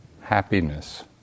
happiness